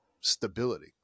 stability